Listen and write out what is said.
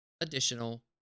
additional